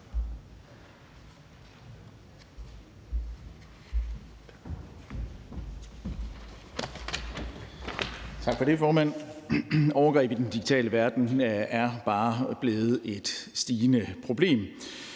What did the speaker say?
Tak for det, formand. Overgreb i den digitale verden er bare blevet et stigende problem,